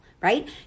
Right